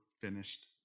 finished